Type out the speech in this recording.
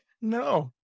No